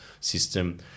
system